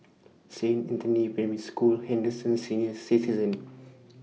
Saint Anthony's Primary School Henderson Senior Citizens'